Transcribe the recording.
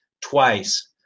twice